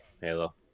halo